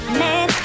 man